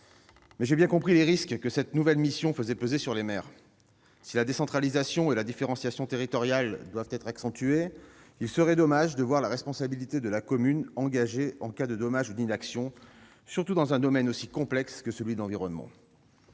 j'ai bien compris les risques que cette nouvelle mission faisait peser sur les maires. Si la décentralisation et la différenciation territoriale doivent être accentuées, il serait dommage de voir la responsabilité de la commune engagée en cas de dommages ou d'inaction, surtout dans un domaine aussi complexe que celui de l'environnement.